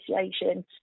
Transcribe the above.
Association